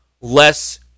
less